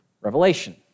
Revelation